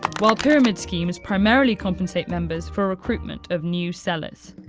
while pyramid schemes primarily compensate members for recruitment of new sellers.